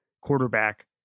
quarterback